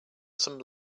some